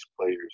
players